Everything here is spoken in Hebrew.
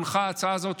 הונחה ההצעה הזאת,